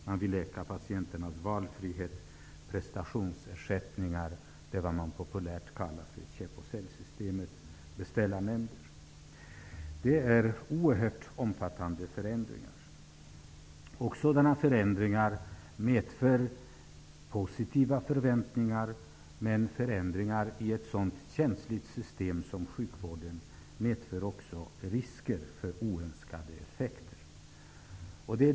Man vill öka patienternas valfrihet och införa prestationsersättningar, det man populärt kallar för köp-och-säljsystemet, beställarnämnder. Det är oerhört omfattande förändringar, och sådana förändringar medför positiva förväntningar. Men förändringar i ett sådant känsligt system som sjukvården medför också risker för oönskade effekter.